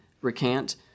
recant